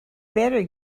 better